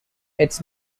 its